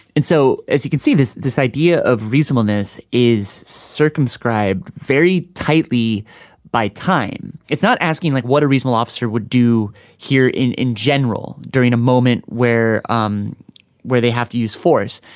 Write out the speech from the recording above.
and so, as you can see, this this idea of reasonableness is circumscribed very tightly by time. it's not asking, like, what a reasonable officer would do here in in general during a moment where um where they have to use force.